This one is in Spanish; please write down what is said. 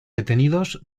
detenidos